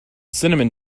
cinnamon